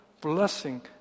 blessing